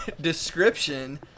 description